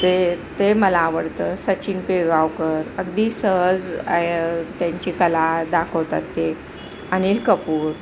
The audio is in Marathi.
ते ते मला आवडतं सचिन पिळगावकर अगदी सहज त्यांची कला दाखवतात ते अनिल कपूर